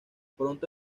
pronto